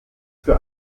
für